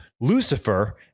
Lucifer